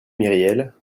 myriel